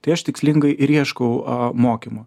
tai aš tikslingai ir ieškau mokymų